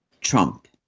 Trump